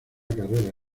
carrera